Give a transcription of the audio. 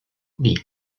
wie